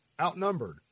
Outnumbered